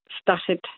started